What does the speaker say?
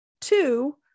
two